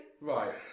Right